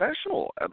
special